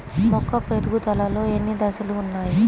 మొక్క పెరుగుదలలో ఎన్ని దశలు వున్నాయి?